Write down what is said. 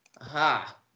Aha